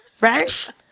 right